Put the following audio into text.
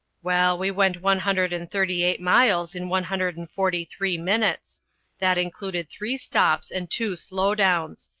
well, we went one hundred and thirty-eight miles in one hundred and forty-three minutes that included three stops and two slow-downs.